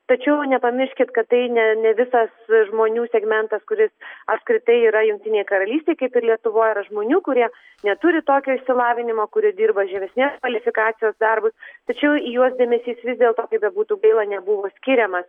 tačiau nepamirškit kad tai ne ne visas žmonių segmentas kuris apskritai yra jungtinėj karalystėj kaip ir lietuvoj yra žmonių kurie neturi tokio išsilavinimo kurie dirba žemesnės kvalifikacijos darbus tačiau į juos dėmesys vis dėlto kaip bebūtų gaila nebuvo skiriamas